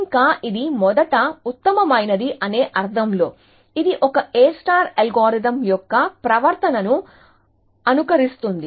ఇంకా ఇది మొదట ఉత్తమమైనది అనే అర్థంలో ఇది ఒక A అల్గోరిథం యొక్క ప్రవర్తనను అనుకరిస్తుంది